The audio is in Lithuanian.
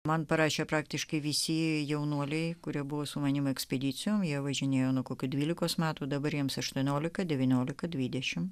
man parašė praktiškai visi jaunuoliai kurie buvo su manimi ekspedicijon jie važinėjo nuo kokių dvylikos metų dabar jiems aštuonolika devyniolika dvidešimt